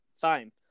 fine